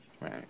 right